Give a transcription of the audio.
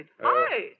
hi